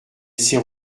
s’est